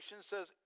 says